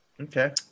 Okay